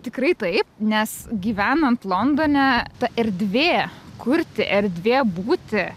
tikrai taip nes gyvenant londone ta erdvė kurti erdvė būti